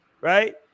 Right